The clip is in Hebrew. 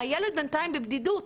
הילד בינתיים בבדידות.